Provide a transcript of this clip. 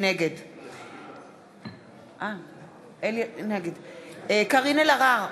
נגד קארין אלהרר,